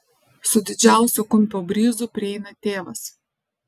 su didžiausiu kumpio bryzu prieina tėvas